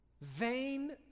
Vain